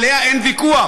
עליה אין ויכוח,